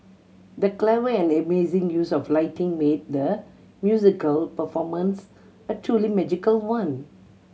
the clever and amazing use of lighting made the musical performance a truly magical one